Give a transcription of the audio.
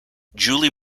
julie